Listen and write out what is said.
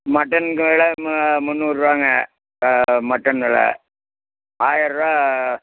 mutton kilo முன்னூறுபாங்க mutton வெலை ஆயரூபா